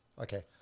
Okay